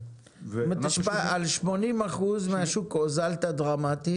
זאת אומרת על 80% מהשוק הוזלת דרמטית